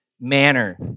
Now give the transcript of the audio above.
manner